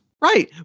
Right